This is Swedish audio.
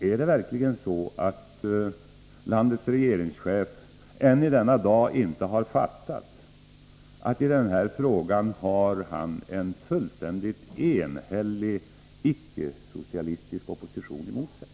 Är det verkligen så att landets regeringschef ännu i denna dag inte har fattat att han i den här frågan har en fullständigt enhällig icke-socialistisk opposition emot sig?